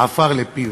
עפר לפיו.